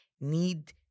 need